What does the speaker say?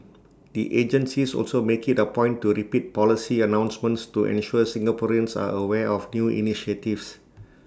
the agencies also make IT A point to repeat policy announcements to ensure Singaporeans are aware of new initiatives